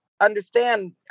understand